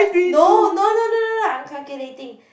no no no no no no I'm calculating